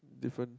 different